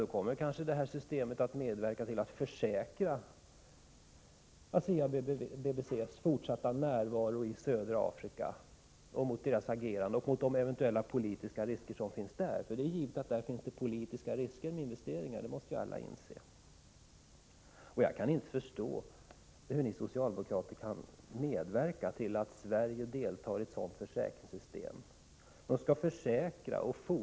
Då kommer kanske det nu föreslagna systemet att medverka till att säkra ASEA:s och Brown Boveris fortsatta närvaro i södra Afrika och utgöra en garanti när det gäller de eventuella politiska riskerna där. Det är givet att investeringar där innebär politiska risker, det måste alla inse. Jag kan inte förstå hur ni socialdemokrater kan medverka till att Sverige | deltar i ett sådant försäkringssystem, som skall garantera fortsatta vinsteroch = Prot.